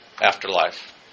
afterlife